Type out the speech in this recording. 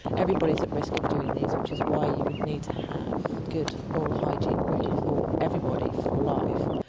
everybody is at risk of doing these, which is why you would need to have good oral hygiene really for everybody for life.